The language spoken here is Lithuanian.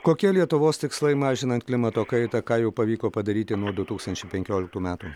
kokie lietuvos tikslai mažinant klimato kaitą ką jau pavyko padaryti nuo du tūkstančiai penkioliktų metų